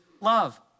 love